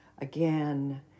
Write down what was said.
again